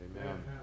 Amen